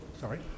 sorry